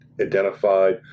identified